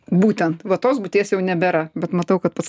būtent va tos būties jau nebėra bet matau kad pats